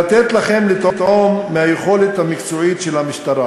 כדי לתת לכם לטעום מהיכולת המקצועית של המשטרה,